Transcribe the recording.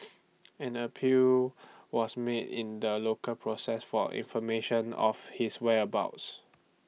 an appeal was made in the local process for information of his whereabouts